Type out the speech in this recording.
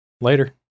Later